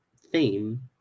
theme